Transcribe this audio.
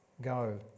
go